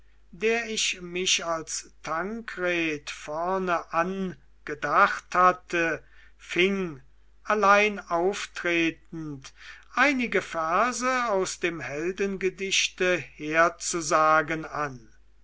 der ich mich als tankred vorne an gedacht hatte fing allein auftretend einige verse aus dem heldengedichte herzusagen an